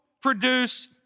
produce